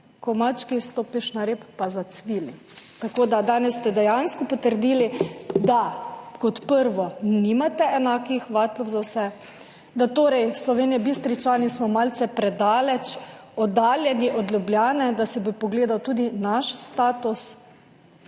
ko mački stopiš na rep, zacvili. Danes ste dejansko potrdili, da kot prvo, nimate enakih vatlov za vse, da smo Slovenjebistričani malce predaleč od Ljubljane, da bi se pogledal tudi naš status,